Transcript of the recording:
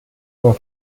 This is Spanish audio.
con